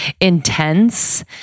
intense